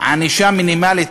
ענישה מינימלית,